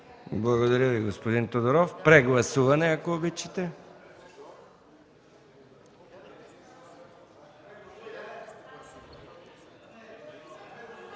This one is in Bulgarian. Благодаря Ви, господин Тодоров. Прегласуване, ако обичате.